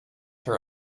her